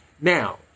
now